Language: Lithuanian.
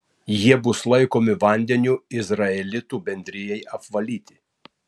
jie bus laikomi vandeniu izraelitų bendrijai apvalyti